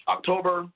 October